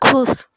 ख़ुश